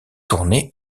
tournées